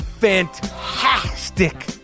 Fantastic